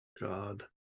god